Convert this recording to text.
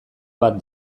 bat